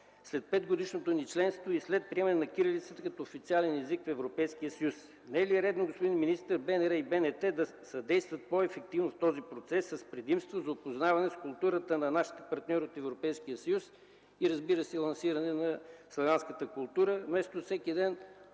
след 5-годишното ни членство и след приемане на кирилицата, като официален език в Европейския съюз? Не е ли редно, господин министър, БНР и БНТ да съдействат по-ефективно в този процес с предимство за опознаване културата на нашите партньори от Европейския съюз и, разбира се, лансиране на славянската култура, вместо всеки ден,